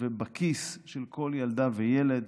ובכיס של כל ילדה וילד,